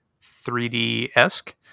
3D-esque